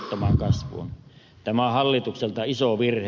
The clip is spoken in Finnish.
tämä on hallitukselta iso virhe